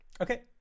Okay